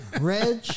Reg